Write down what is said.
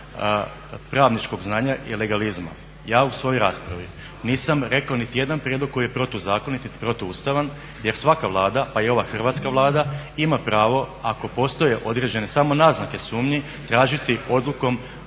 pravničkog znanja i legalizma ja u svojoj raspravi nisam rekao nitijedan prijedlog koji je protuzakonit i protuustavan jer svaka Vlada, pa i ova Hrvatska vlada, ima pravo ako postoje određene samo naznake sumnji tražiti odlukom